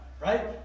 right